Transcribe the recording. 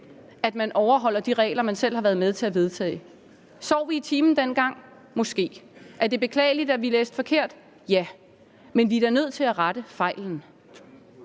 at man overholder de regler, man selv har været med til at vedtage. Sov vi i timen dengang? Måske. Er det beklageligt, at vi læste forkert? Ja. Men vi er da nødt til at rette fejlen.